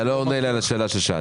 אתה לא עונה לי על השאלה ששאלתי.